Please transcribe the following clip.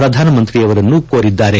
ಪ್ರಧಾನಮಂತ್ರಿಯವರನ್ನು ಕೋರಿದ್ದಾರೆ